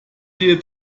ehe